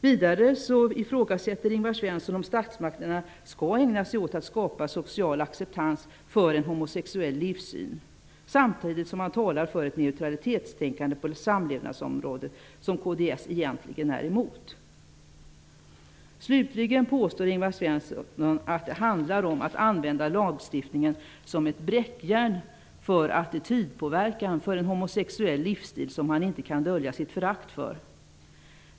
Vidare ifrågasätter Ingvar Svensson om statsmakterna skall ägna sig åt att skapa en social acceptans för en homosexuell livssyn, samtidigt som han talar för ett neutralitetstänkande på samlevnadsområdet som kds egentligen är emot. Slutligen påstår Ingvar Svensson att detta handlar om att använda lagstiftningen som ett bräckjärn för attitydpåverkan när det gäller homosexuell livsstil, något som han inte kan dölja sitt förakt för.